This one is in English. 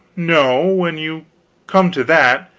no when you come to that.